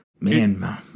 Man